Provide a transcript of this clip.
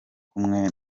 kumwe